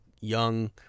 young